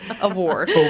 Award